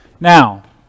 Now